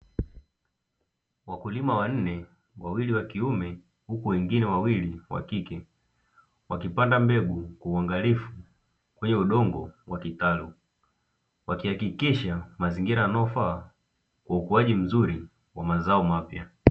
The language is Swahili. Wakulima wanne wawili wa kiume huko wengine, wawili wa kike wakipanda mbegu uangalifu kwa hiyo udongo wa kitalu wakihakikisha mazingira yanayofaa kwa ukuaji mzuri wa mazao mapya.